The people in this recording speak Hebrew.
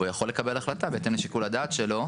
הוא יכול לקבל החלטה בהתאם לשיקול הדעת שלו,